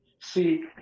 see